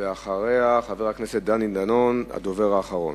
אחריה, חבר הכנסת דני דנון, הדובר האחרון.